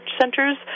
centers